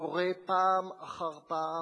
קורא פעם אחר פעם